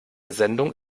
sendung